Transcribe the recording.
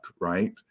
right